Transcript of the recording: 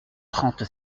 trente